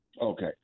Okay